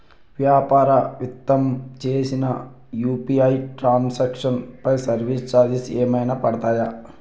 వ్యాపార నిమిత్తం చేసిన యు.పి.ఐ ట్రాన్ సాంక్షన్ పై సర్వీస్ చార్జెస్ ఏమైనా పడతాయా?